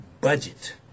budget